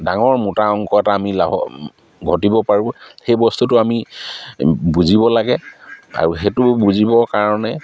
ডাঙৰ মোটা অংক এটা আমি লাভ ঘটিব পাৰোঁ সেই বস্তুটো আমি বুজিব লাগে আৰু সেইটো বুজিবৰ কাৰণে